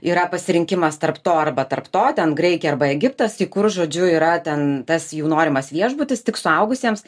yra pasirinkimas tarp to arba tarp to ten graikija arba egiptas į kur žodžiu yra ten tas jų norimas viešbutis tik suaugusiems